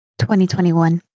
2021